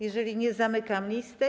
Jeżeli nie, zamykam listę.